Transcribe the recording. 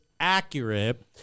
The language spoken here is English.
accurate